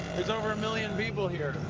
there's over a million people here.